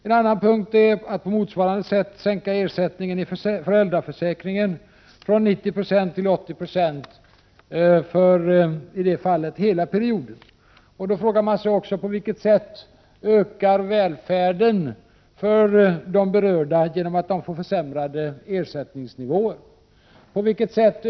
En annan punkt är att ersättningen från föräldraförsäkringen skall sänkas på motsvarande sätt från 90 till 80 26 för hela perioden. Då frågar jag också: På vilket sätt ökar välfärden för de berörda genom att de får försämrad ersättningsnivå?